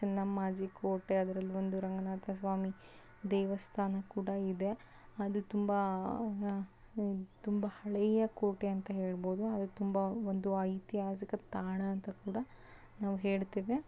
ಚೆನ್ನಮ್ಮಾಜಿ ಕೋಟೆ ಅದರಲ್ಲಿ ಒಂದು ರಂಗನಾಥ ಸ್ವಾಮಿ ದೇವಸ್ಥಾನ ಕೂಡ ಇದೆ ಅದು ತುಂಬ ತುಂಬ ಹಳೆಯ ಕೋಟೆ ಅಂತ ಹೇಳ್ಬೋದು ಅದು ತುಂಬ ಒಂದು ಐತಿಹಾಸಿಕ ತಾಣ ಅಂತ ಕೂಡ ನಾವು ಹೇಳ್ತೇವೆ